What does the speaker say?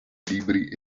libri